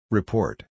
Report